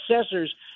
assessors